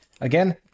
again